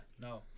no